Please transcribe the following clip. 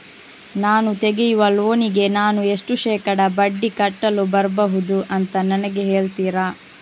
ನಾನು ತೆಗಿಯುವ ಲೋನಿಗೆ ನಾನು ಎಷ್ಟು ಶೇಕಡಾ ಬಡ್ಡಿ ಕಟ್ಟಲು ಬರ್ಬಹುದು ಅಂತ ನನಗೆ ಹೇಳ್ತೀರಾ?